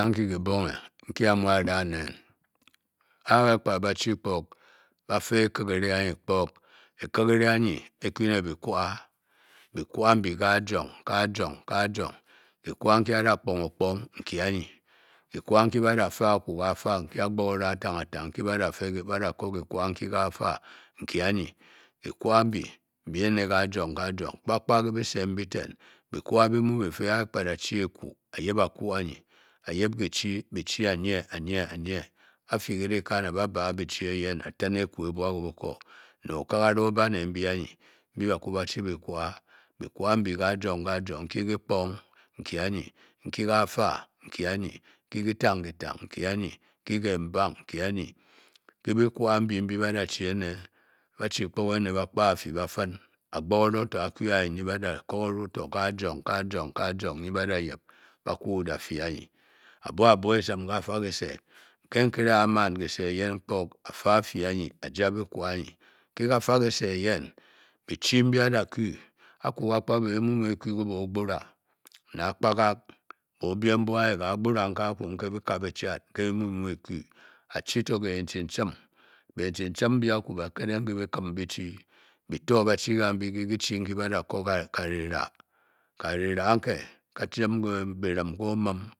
A'nkyi kybnge ke’ a ma’ ráá rea a’ man ba-chi kpók, bafe ékéké, anyi e-kekere anyi e-ku ne bikwáá nbyi ko-azong-ké-azong, kikwa nkyi a'da kpng-o-kpong nkyi anyi, kikwa nkyi kafa nkyianyi, kpa-kpa kee buise nbyi tén bikwa bikwa bi mu bifi a-chi edu a'yip a'nyee, afyi a’ tin egú o ku difi ne okagara o'ba ne bekwa, bekwa nbyi kazong-kazong nyi ba yip ba’ ku difi ke bikwa a byi a'gbokóró nyi nyi, a'gbokoro to-kazong-kazong tyi ba yip ba'kú difi a'buso o-sim kata kyise ka nkere a’ mann kyise eyem kiok a'fe afi anyi a'ja bikwa anji ke kafa kyise eyen, byi-chi nbyi a’ da ku aku kpa-kpa bé mu biki ke e-bérá ne a'kapa hoo-biem bi nyi ka bara n'ke biká byi-chat tike bi mu ku a-chi tó bii-chim-chim ba’ keteing ke bikim bi-chi bin tó ba chi ke bi-chi mbyi ba’ da’ kóó kan-riráá kan-riráá, kazim irim ke o‘bim